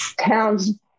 town's